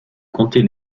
compter